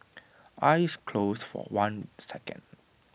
eyes closed for one second